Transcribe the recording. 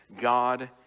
God